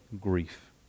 grief